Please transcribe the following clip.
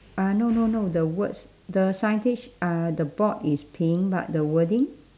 uh no no no the words the signage uh the board is pink but the wording